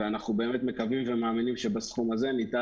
ואנחנו באמת מקווים ומאמינים שבסכום הזה ניתן